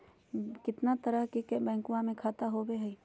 कितना तरह के बैंकवा में खाता होव हई?